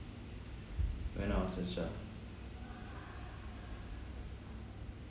when I was a child